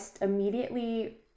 immediately